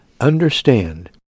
Understand